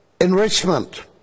enrichment